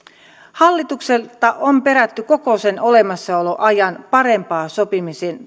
hallitukselta on perätty koko sen olemassaoloajan parempaa sopimisen